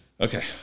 Okay